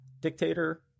dictator